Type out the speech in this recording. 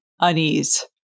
unease